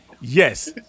Yes